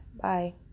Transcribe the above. Bye